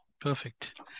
perfect